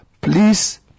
please